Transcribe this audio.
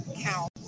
count